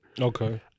Okay